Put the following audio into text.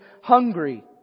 hungry